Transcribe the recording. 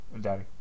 daddy